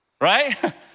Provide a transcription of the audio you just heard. right